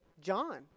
John